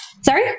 sorry